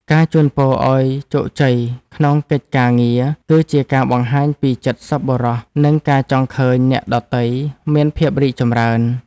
ការជូនពរឱ្យជោគជ័យក្នុងកិច្ចការងារគឺជាការបង្ហាញពីចិត្តសប្បុរសនិងការចង់ឃើញអ្នកដទៃមានភាពរីកចម្រើន។